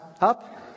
up